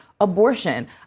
abortion